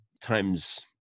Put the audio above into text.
times